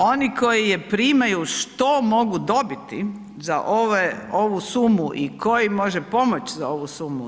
Oni koji su primaju, što mogu dobiti za ovu sumu i koji može pomoći za ovu sumu?